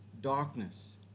darkness